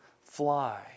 fly